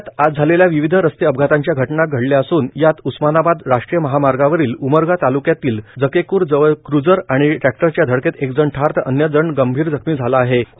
राज्यात आज झालेल्या विविध रस्ते अपघाताच्या घटना घडल्या असून यात उस्मानाबाद राष्ट्रीय महामार्गावरील उमरगा तालुक्यातील जकेकर जवळ क्रुजर आणि ट्रॅक्टरच्या धडकेत एक जण ठार तर अन्य पाच गम्भीर जखमी झाल्याची घटना घडली आहे